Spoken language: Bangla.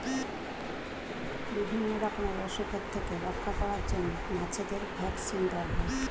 বিভিন্ন রকমের অসুখের থেকে রক্ষা করার জন্য মাছেদের ভ্যাক্সিন দেওয়া হয়